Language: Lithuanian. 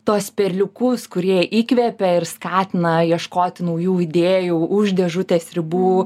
tuos perliukus kurie įkvepia ir skatina ieškoti naujų idėjų už dėžutės ribų